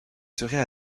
serait